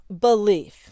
belief